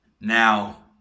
Now